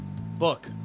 Book